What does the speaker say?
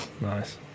nice